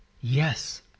Yes